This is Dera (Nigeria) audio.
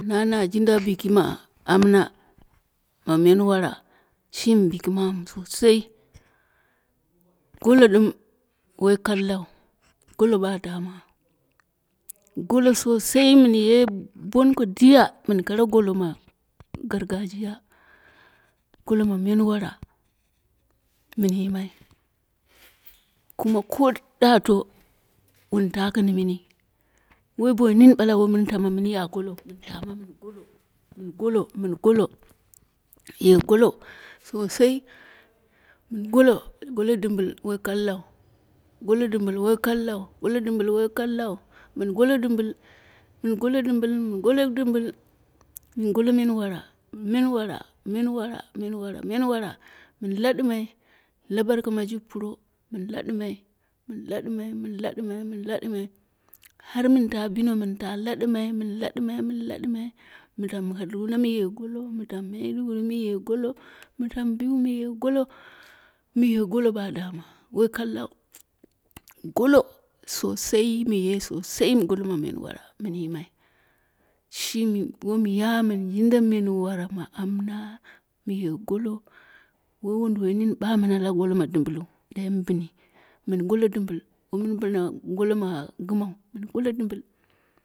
Na jinda biki ma amma ma menwara shimi biki mamu sosai goto ɗɨm woi kalku, goto badama goto sosai mɨnye bonko diya mɨn kare golo ma gargajiya golo ma menwara mɨn yimai. Kuma ko dato wunta gɨn mini. Woi boi nini ɓala woi mɨn tama mɨn ya golou mɨn tama mɨn golo, mɨn golo, mɨn golo, ye golo sosai, golo golo dɨmbɨe woi kallau golo dɨmbil wol kallau, golo ɗimbɨl woi kakau, mɨn golo ɗɨmbɨl, mɨn golo dɨmbɨl, mɨn golo ɗɨmbɨl, mɨn golo menwara menwara, menwara, menwara, menwara, mɨn ladɨmai. La barka mɨ ji puro mɨn laɗɨmai, mɨn laɗɨmai, mɨn laɗɨmai mɨn laɗɨmai, har mɨn ta bino mɨn ta laɗɨma, mɨn laɗɨmai, mɨn laɗɨmai. Mi tamu kaduna mɨye golo mi tamu maiduguri mɨye golo, mɨ tamu biu mɨye golo, mɨye golo ba dama woi kallau golo sosai mɨye golo ma menwara mɨn yimai shimi ta mɨn yinge menwara ma amna mɨye golo woi wunduwoi nini ɓa mɨna la golo ma ɗimɓilu, dai mɨ bɨni mɨn golo ɗɨmbɨl woi mɨn bɨna golo ma gɨmau mɨn golo ɗɨmbil